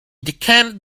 decanted